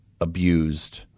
abused